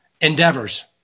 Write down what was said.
endeavors